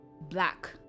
black